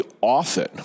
often